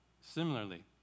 Similarly